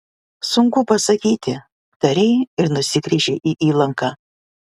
sunku pasakyti tarei ir nusigręžei į įlanką